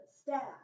staff